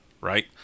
Right